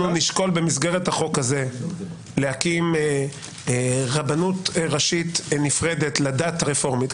אנחנו נשקול במסגרת החוק הזה להקים רבנות ראשית נפרדת לדת הרפורמית,